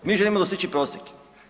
Mi želimo dostići prosjek.